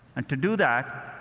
and to do that,